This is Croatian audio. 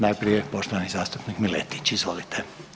Najprije poštovani zastupnik Miletić, izvolite.